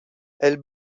elles